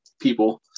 people